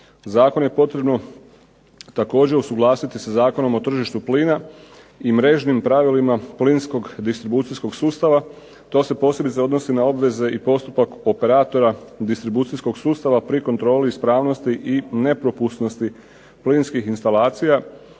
Zakon je potrebno također usuglasiti sa Zakonom o tržištu plina i mrežnim pravilima plinskog, distribucijskog sustava. To se posebno odnosi na obveze i postupak operatora distribucijskog sustava pri kontroli ispravnosti i nepropusnosti plinskih instalacija